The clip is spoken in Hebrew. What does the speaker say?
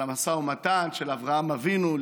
על המשא ומתן של אברהם אבינו,